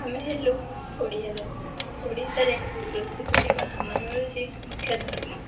ଆମେ ହେଲୁ ଓଡ଼ିଆ ଲୋକ ଓଡ଼ିଶାରେ କୃଷି କରିବା ଆମର ହେଉଛି ମୁଖ୍ୟ ଧର୍ମ